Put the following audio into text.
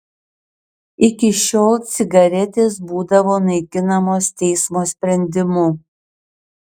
iki šiol cigaretės būdavo naikinamos teismo sprendimu